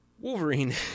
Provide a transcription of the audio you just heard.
Wolverine